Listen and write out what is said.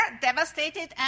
devastated